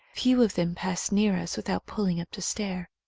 few of them pass near us without pulling up to stare.